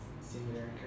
similar